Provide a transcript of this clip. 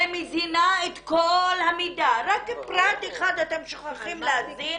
ומזינה את כל המידע, רק פרט אחד אתם שוכחים להזין,